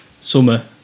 summer